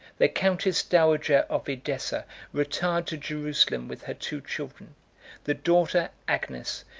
the countess-dowager of edessa retired to jerusalem with her two children the daughter, agnes,